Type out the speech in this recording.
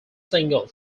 single